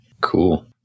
Cool